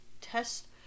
test